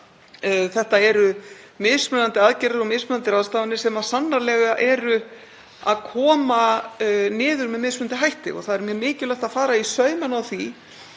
Þetta eru mismunandi aðgerðir og mismunandi ráðstafanir sem sannarlega koma niður með mismunandi hætti. Það er mjög mikilvægt að fara í saumana á því